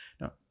now